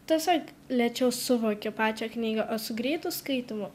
tiesiog lėčiau suvoki pačią knygą o su greitu skaitymu